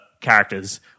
characters